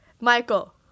Michael